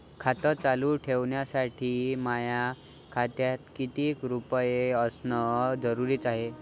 खातं चालू ठेवासाठी माया खात्यात कितीक रुपये असनं जरुरीच हाय?